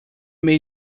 made